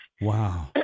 Wow